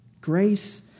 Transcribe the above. Grace